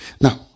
Now